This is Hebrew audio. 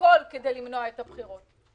כדי למנוע את הבחירות.